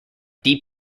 deep